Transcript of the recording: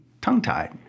tongue-tied